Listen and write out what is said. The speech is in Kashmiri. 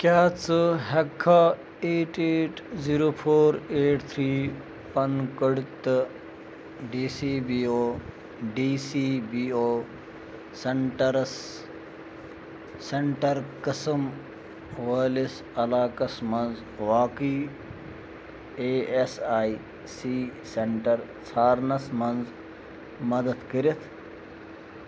کیٛاہ ژٕ ہٮ۪ککھا eight eight zero four eight three pin code تہٕ D C B O D C B O سینٹَرَس سینٹَر قٕسٕم وٲلِس علاقَس منٛز واقعی A S I C centre ژھارنَس منٛز مدتھ کٔرِتھ